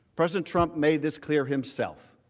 president trump made this clear himself.